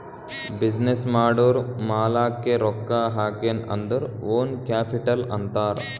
business ಮಾಡೂರ್ ಮಾಲಾಕ್ಕೆ ರೊಕ್ಕಾ ಹಾಕಿನ್ ಅಂದುರ್ ಓನ್ ಕ್ಯಾಪಿಟಲ್ ಅಂತಾರ್